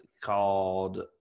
called